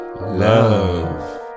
love